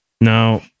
Now